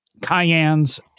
Cayennes